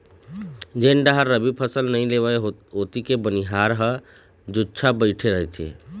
जेन डाहर रबी फसल नइ लेवय ओती के बनिहार ह जुच्छा बइठे रहिथे